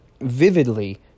vividly